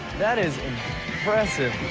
that is impressive.